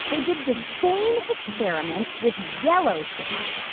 they did the same experiment with yellow shapes.